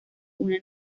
una